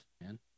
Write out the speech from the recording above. man